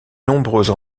nombreuses